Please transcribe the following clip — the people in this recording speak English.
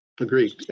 Agreed